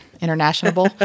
international